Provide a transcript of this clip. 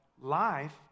life